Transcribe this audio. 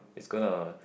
it's gonna